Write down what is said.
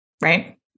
right